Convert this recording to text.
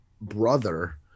brother